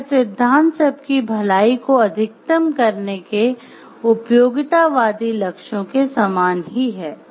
यह सिद्धांत सबकी भलाई को अधिकतम करने के उपयोगितावादी लक्ष्यों के समान ही है